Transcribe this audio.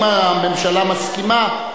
אם הממשלה מסכימה,